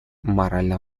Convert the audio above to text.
моральным